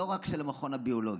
לא רק של המכון הביולוגי.